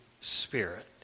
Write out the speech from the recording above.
Spirit